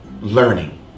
learning